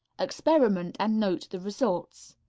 experiment, and note the results.